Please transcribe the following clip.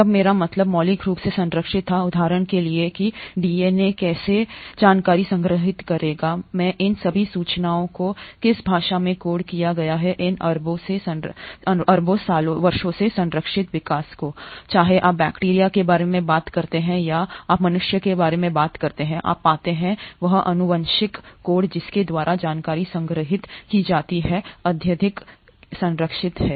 जब मेरा मतलब मौलिक रूप से संरक्षित था उदाहरण के लिए कि डीएनए कैसे जानकारी संग्रहीत करेगा में इन सभी सूचनाओं को किस भाषा में कोड किया गया है इन अरबों में संरक्षित है विकास के वर्ष चाहे आप बैक्टीरिया के बारे में बात करते हैं या आप मनुष्यों के बारे में बात करते हैं आप पाते हैं वह आनुवंशिक कोड जिसके द्वारा जानकारी संग्रहीत की जाती है अत्यधिक संरक्षित है